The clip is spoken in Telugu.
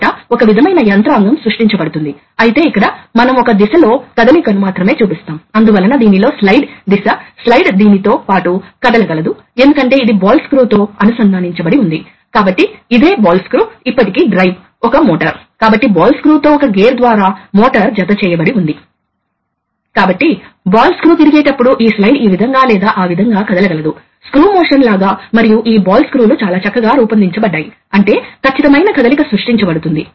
మరియు యాక్యుయేటర్ను కదుల్చుతుంది కాబట్టి యాక్యుయేటర్ కదులుతుంది అది కదిలేటప్పుడు వాస్తవానికి గాలి బయటికి వస్తుంది కాబట్టి ఇది ప్రెషర్ తో నడిచేది మీకు తెలుసు కాబట్టి ఈ ప్రెషర్ లైన్ పెంచినప్పుడు ఈ వాల్వ్ మేము యంత్రాంగాన్ని చూపించినట్లుగా మారబోతోంది